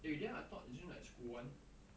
eh then I thought is it like school [one]